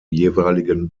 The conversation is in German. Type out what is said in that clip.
jeweiligen